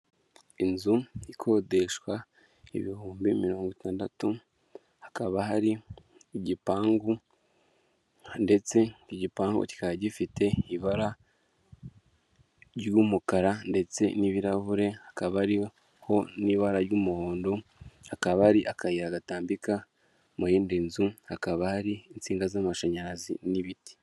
Inzu ikodeshwa ibihumbi mirongo itandatu hakaba hari igipangu ndetse igipangu kikaba gifite ibara ry'umukara ndetse n'ibirahure, hakaba hariho n'ibara ry'umuhondo hakaba hari akayira gatambika mu yindi nzu hakaba hari insinga z'amashanyarazi n'ibiti.